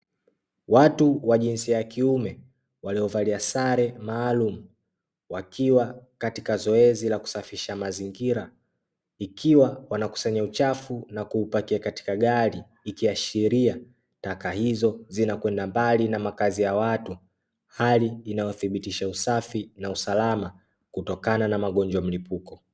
Watu wa jinsia ya kiume waliovalia sare maalumu, wakiwa katika zoezi la kusafisha mazingira ikiwa wanakusanya uchafu na kuupakia katika gari, ikiashiria taka hizo zinakwenda mbali na makazi ya watu, hali inayothibitisha usafi na usalama kutokana na magonjwa ya mlipuko.